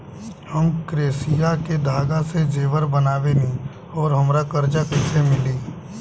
हम क्रोशिया के धागा से जेवर बनावेनी और हमरा कर्जा कइसे मिली?